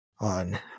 on